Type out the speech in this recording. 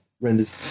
renders